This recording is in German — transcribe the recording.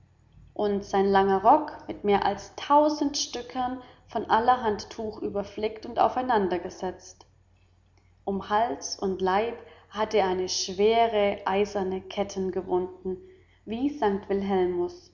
und sein langer rock mit mehr als tausend stücken von allerhand tuch überflickt und aufeinander gesetzt um hals und leib hatte er eine schwere eiserne ketten gewunden wie